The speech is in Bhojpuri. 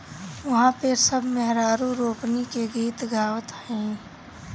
उहा पे सब मेहरारू रोपनी के गीत गावत हईन